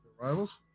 Rivals